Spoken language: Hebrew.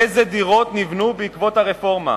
אילו דירות נבנו בעקבות הרפורמה?